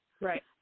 right